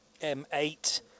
M8